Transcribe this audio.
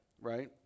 right